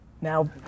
Now